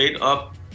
up